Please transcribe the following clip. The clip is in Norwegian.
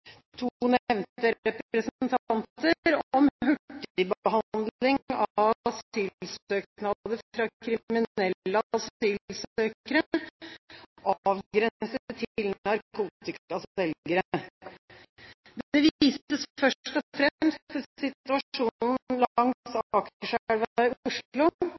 to nevnte representanter om hurtigbehandling av asylsøknader fra kriminelle asylsøkere, avgrenset til narkotikaselgere. Det vises først og fremst til situasjonen langs Akerselva